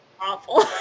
awful